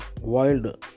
wild